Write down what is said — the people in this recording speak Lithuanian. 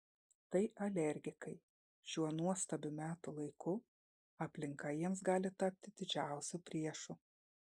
tai alergikai šiuo nuostabiu metų laiku aplinka jiems gali tapti didžiausiu priešu